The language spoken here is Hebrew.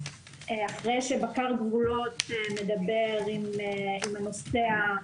אחרי שבקר גבולות מדבר עם הנוסע,